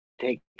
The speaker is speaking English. take